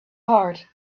heart